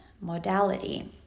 modality